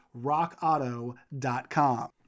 RockAuto.com